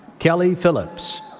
kelli philips,